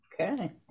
Okay